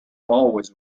always